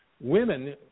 women